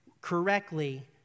correctly